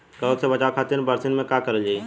कवक से बचावे खातिन बरसीन मे का करल जाई?